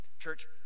Church